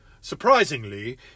Surprisingly